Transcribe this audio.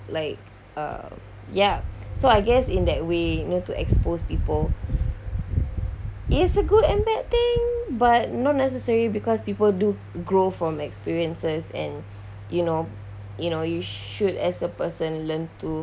like uh ya so I guess in that way you know to expose people is a good and bad thing but not necessary because people do grow from experiences and you know you know you should as a person learn to